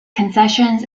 concessions